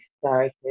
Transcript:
started